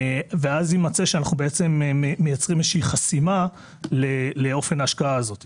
ואז יימצא שאנחנו מייצרים חסימה לאופן ההשקעה הזאת.